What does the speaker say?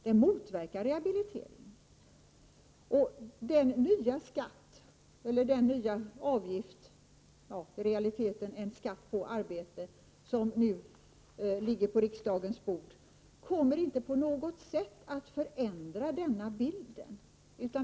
Det motverkar rehabiliteringen. Den nya avgift — i realiteten en skatt på arbete — som nu ligger på riksdagens bord kommer inte på något sätt att förändra denna bild.